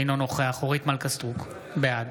אינו נוכח אורית מלכה סטרוק, בעד